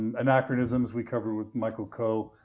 and anachronisms, we covered with michael coe.